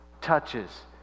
touches